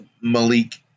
Malik